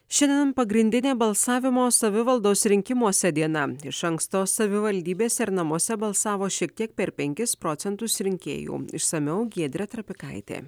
šiandien pagrindinė balsavimo savivaldos rinkimuose diena iš anksto savivaldybėse ir namuose balsavo šiek tiek per penkis procentus rinkėjų išsamiau giedrė trapikaitė